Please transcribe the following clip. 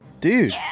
Dude